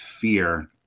fear